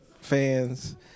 fans